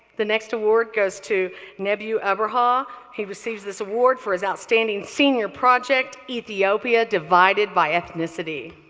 the next award goes to nebeu abraha. he receives this award for his outstanding senior project, ethiopia divided by ethnicity.